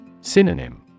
Synonym